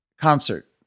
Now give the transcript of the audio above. concert